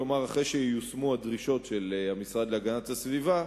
כלומר אחרי שייושמו הדרישות של המשרד להגנת הסביבה,